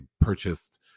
purchased